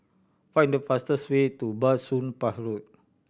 find the fastest way to Bah Soon Pah Road